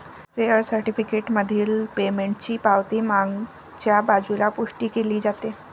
share certificate मधील पेमेंटची पावती मागच्या बाजूला पुष्टी केली जाते